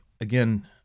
again